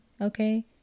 okay